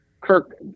Kirk